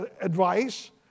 advice